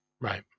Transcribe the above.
Right